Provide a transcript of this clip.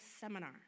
seminar